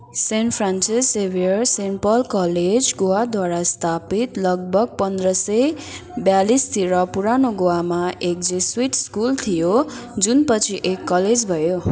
saint Francis Xavier saint Paul college गोवाद्वारा स्थापित लगभग पन्ध्र सय ब्यालिसतिर पुरानो गोवामा एक जेसुइट स्कुल थियो जुन पछि एक कलेज भयो